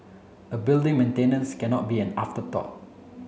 a building maintenance cannot be an afterthought